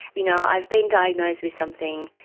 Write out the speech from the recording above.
you know i've been diagnosed with something,